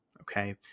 Okay